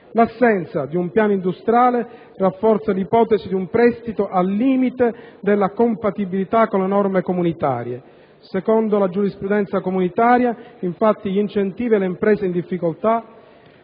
L'assenza di un piano industriale rafforza l'ipotesi di un prestito al limite della compatibilità con le norme comunitarie. Secondo la giurisprudenza comunitaria, infatti, gli incentivi alle imprese in difficoltà,